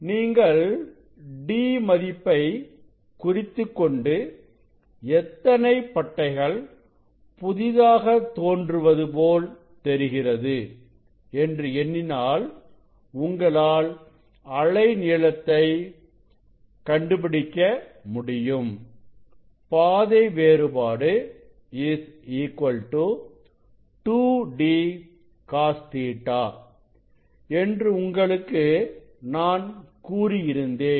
நீங்கள் d மதிப்பை குறித்துக்கொண்டு எத்தனை பட்டைகள் புதிதாக தோன்றுவது போல் தெரிகிறது என்று எண்ணினால் உங்களால் அலை நீளத்தை λ கண்டுபிடிக்க முடியும் பாதை வேறுபாடு 2d cos Ɵ என்று உங்களுக்கு நான் கூறியிருந்தேன்